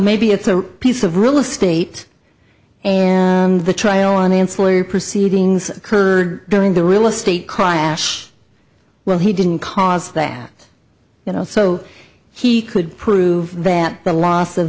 maybe it's a piece of real estate and the trial and ancillary proceedings occurred during the real estate cry ash well he didn't cause that you know so he could prove that the loss of